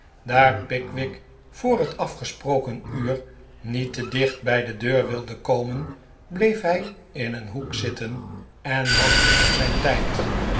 daar pickwick voor het afgesproken uur niet te dicht bij de deur wilde komen bleef hij in een hoek zitten en wachtte op zijn tijd